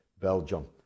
Belgium